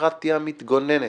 "דמוקרטיה מתגוננת",